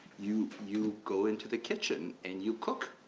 you you go into the kitchen and you cook,